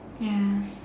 ya